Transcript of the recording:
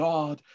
God